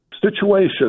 Situation